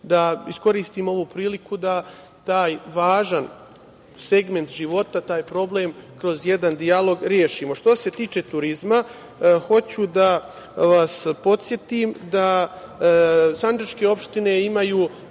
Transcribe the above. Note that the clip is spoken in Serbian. da iskoristim ovu priliku da taj važan segment života, taj problem kroz jedan dijalog rešimo. Što se tiče turizma, hoću da vas podsetim da sandžačke opštine imaju